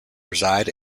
reside